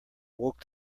woke